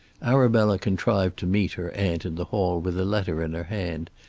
arabella contrived to meet her aunt in the hall with a letter in her hand,